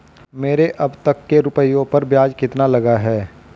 मेरे अब तक के रुपयों पर ब्याज कितना लगा है?